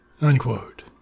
unquote